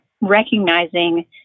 recognizing